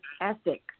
ethic